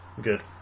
Good